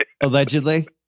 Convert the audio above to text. Allegedly